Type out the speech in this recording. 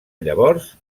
llavors